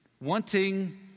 Wanting